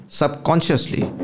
subconsciously